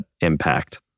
impact